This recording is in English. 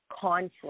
conflict